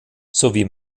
sowie